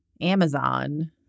Amazon